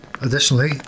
Additionally